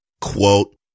Quote